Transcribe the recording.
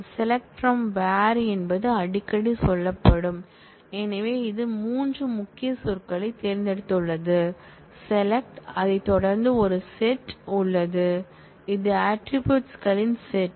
SELECT FROM WHERE என்பது அடிக்கடி சொல்லப்படும் எனவே இது 3 முக்கிய சொற்களைத் தேர்ந்தெடுத்துள்ளது select அதைத் தொடர்ந்து ஒரு செட் உள்ளது இது ஆட்ரிபூட்ஸ் களின் செட்